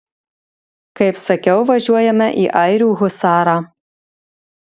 kaip sakiau važiuojame į airių husarą